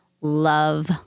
love